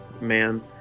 man